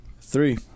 Three